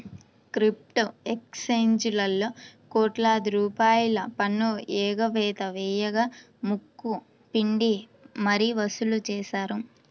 crypto ఎక్స్చేంజీలలో కోట్లాది రూపాయల పన్ను ఎగవేత వేయగా ముక్కు పిండి మరీ వసూలు చేశారు